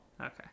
Okay